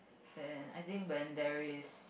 and I think when there is